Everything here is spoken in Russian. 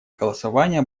голосования